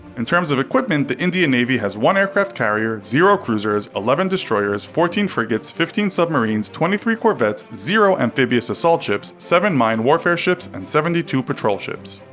in terms of equipment, the indian navy has one aircraft carrier, zero cruisers, eleven destroyers, fourteen frigates, fifteen submarines, twenty three corvettes, zero amphibious assault ships, seven mine warfare ships, and seventy two patrol ships.